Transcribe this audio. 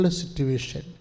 situation